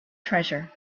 treasure